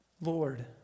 Lord